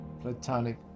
Platonic